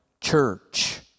church